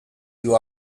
you